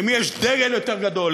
למי יש דגל יותר גדול,